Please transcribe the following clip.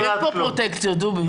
אין פה פרוטקציות, דובי.